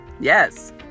Yes